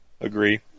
Agree